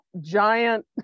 giant